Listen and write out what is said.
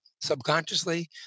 subconsciously